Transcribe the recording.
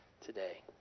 today